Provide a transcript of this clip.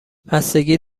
بستگی